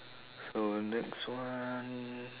so next one